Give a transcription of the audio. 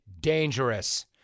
dangerous